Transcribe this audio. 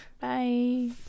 bye